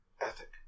ethic